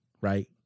Right